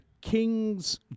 King's